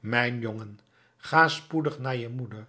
mijn jongen ga spoedig naar je moeder